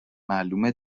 معلومه